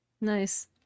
Nice